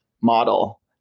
model